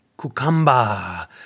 Cucumber